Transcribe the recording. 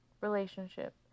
relationship